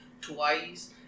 twice